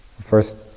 first